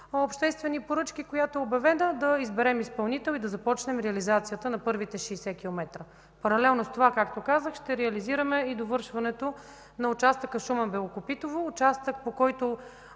обществени поръчки, която е обявена, да изберем изпълнител и да започнем реализацията на първите 60 км. Паралелно с това ще реализираме и довършването на участъка Шумен – Белокопитово, участък, по който